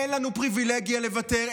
אין לנו פריבילגיה לוותר,